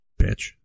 Bitch